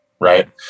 right